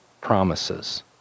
promises